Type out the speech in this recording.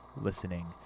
listening